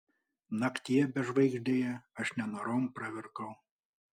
naktyje bežvaigždėje aš nenorom pravirkau